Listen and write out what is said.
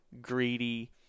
greedy